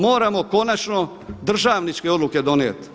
Moramo konačno državničke odluke donijeti.